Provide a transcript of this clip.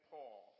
Paul